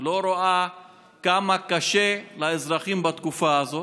לא רואה כמה קשה לאזרחים בתקופה הזאת.